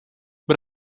but